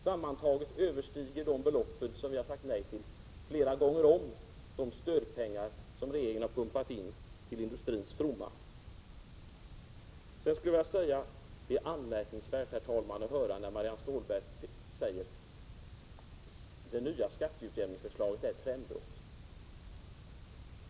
Sammantaget överstiger de belopp som vi har sagt nej till flera gånger om de stödpengar som regeringen har pumpat in till industrins fromma. Vidare: Det är anmärkningsvärt, herr talman, att höra att Marianne Stålberg säger att det nya skatteutjämningsförslaget är ett trendbrott.